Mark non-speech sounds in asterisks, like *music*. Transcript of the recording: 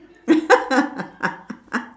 *laughs*